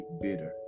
bitter